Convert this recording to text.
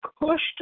pushed